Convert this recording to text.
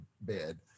bed